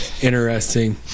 interesting